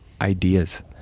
ideas